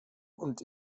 und